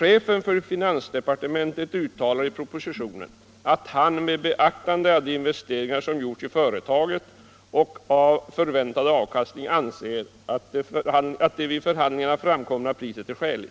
är, och jag vill då citera ett avsnitt ur utskottets betänkande: ”Chefen för finansdepartementet uttalar i propositionen att han med beaktande av de investeringar som gjorts i företaget och av förväntad avkastning anser att det vid förhandlingarna framkomna priset är skäligt.